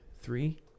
three